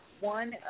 One